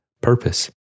Purpose